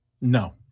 No